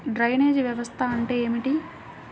Drainage వ్యవస్థ అంటే ఏమిటి?